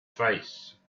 face